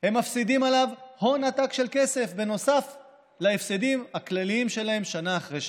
הם מפסידים הון עתק של כסף נוסף על ההפסדים הכלליים שלהם שנה אחרי שנה.